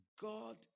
God